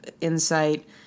insight